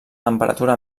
temperatura